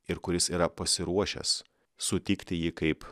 ir kuris yra pasiruošęs sutikti jį kaip